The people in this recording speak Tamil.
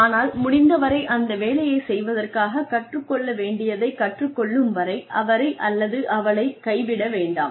ஆனால் முடிந்தவரை அந்த வேலையைச் செய்வதற்காக கற்றுக் கொள்ள வேண்டியதைக் கற்றுக் கொள்ளும் வரை அவரை அல்லது அவள் கைவிட வேண்டாம்